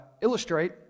illustrate